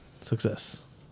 success